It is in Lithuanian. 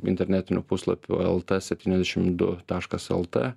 internetinių puslapių lt septyniasdešim du taškas lt